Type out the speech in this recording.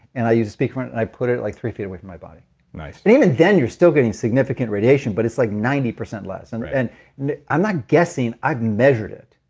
and i use speakerphone and i put it it like three feet away from my body nice and even then, you're still getting significant radiation, but it's like ninety percent less. and and i'm not guessing, i've measured it.